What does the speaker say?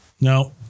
No